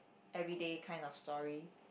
everyday kind of story